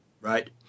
Right